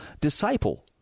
disciple